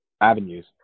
avenues